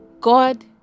God